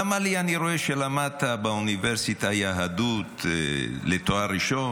אמר לי: אני רואה שלמדת באוניברסיטה יהדות לתואר ראשון,